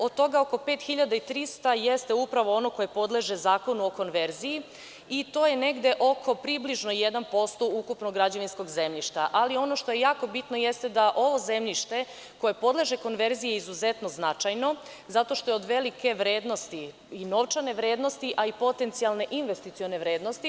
Od toga oko 5300 jeste upravo ono koje podleže Zakonu o konverziji i to je negde oko približno 1% ukupnog građevinskog zemljišta, ali ono što je jako bitno jeste da ovo zemljište koje podleže konverziji je izuzetno značajno zato što je od velike vrednosti i novčane vrednosti, a i potencijalne investicione vrednosti.